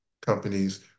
companies